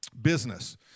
business